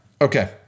Okay